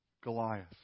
Goliath